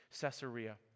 Caesarea